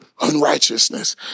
unrighteousness